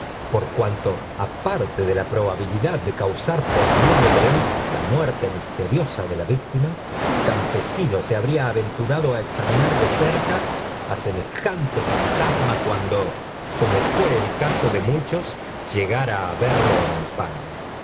por cuanto aparte de la probabilidad de causar por medio de él la muerte misteriosa de la víctima qué campesino se habría aventurado á examinar de cerca á semejante fantasma cuando smifí s a íe muc í t ue s ara á v erlo en el